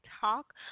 Talk